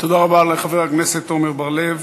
תודה רבה לחבר הכנסת עמר בר-לב.